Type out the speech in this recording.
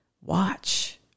watch